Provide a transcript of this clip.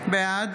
בעד